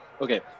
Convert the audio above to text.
Okay